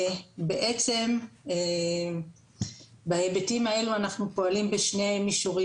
בעצם בהיבטים האלו אנחנו פועלים בשני מישורים